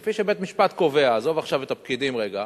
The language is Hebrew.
כפי שבית-משפט קובע, עזוב עכשיו את הפקידים רגע,